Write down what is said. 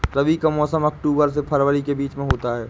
रबी का मौसम अक्टूबर से फरवरी के बीच में होता है